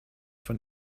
von